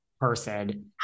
person